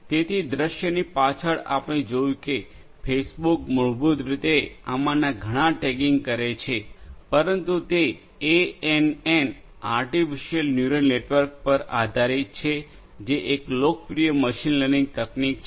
તેથી દૃશ્યની પાછળ આપણે જોયું છે કે ફેસબુક મૂળભૂત રીતે આમાંના ઘણા ટેગિંગ કરે છે પરંતુ તે એએનએન આર્ટિફિસિઅલ ન્યુરલ નેટવર્કપર આધારિત છે જે એક લોકપ્રિય મશીન લર્નિંગ તકનીક છે